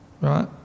right